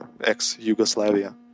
ex-Yugoslavia